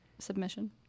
submission